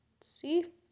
see